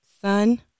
Son